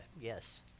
Yes